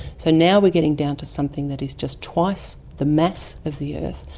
so now we're getting down to something that is just twice the mass of the earth,